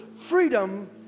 freedom